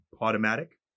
automatic